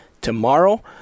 tomorrow